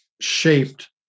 shaped